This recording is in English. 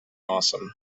awesome